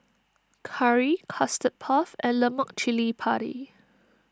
Curry Custard Puff and Lemak Cili Padi